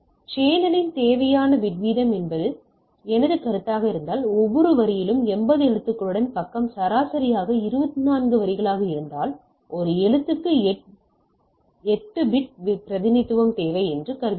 சேனலின் தேவையான பிட் வீதம் என்ன என்பது எனது கருத்தாக இருந்தால் ஒவ்வொரு வரியிலும் 80 எழுத்துகளுடன் பக்கம் சராசரியாக 24 வரிகளாக இருந்தால் ஒரு எழுத்துக்கு 8 பிட் பிரதிநிதித்துவம் தேவை என்று கருதுகிறோம்